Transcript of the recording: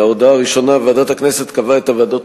ההודעה הראשונה: ועדת הכנסת קבעה את הוועדות